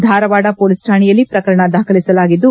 Dharwad police ಶಾಣೆಯಲ್ಲಿ ಪ್ರಕರಣ ದಾಖಲಿಸಲಾಗಿದ್ದು